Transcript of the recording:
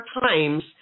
times